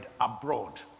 abroad